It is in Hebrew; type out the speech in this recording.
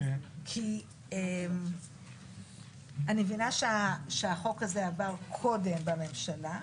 אני מבינה שהחוק הזה עבר קודם בממשלה,